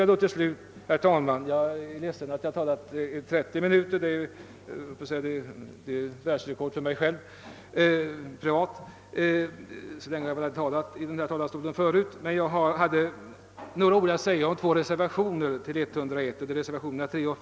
Jag är ledsen, herr talman, att jag redan har talat i 30 minuter — det är mitt privata rekord — men jag har också några ord att säga om reservationerna 3 och 5 till statsutskottets utlåtande nr 1.